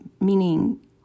meaning